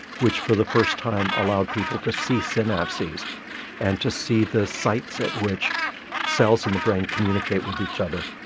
which for the first time allowed people to see synapses and to see the sites at which cells in the brain communicate with each other.